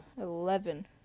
eleven